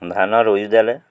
ଧାନ ରୁଇ ଦେଲେ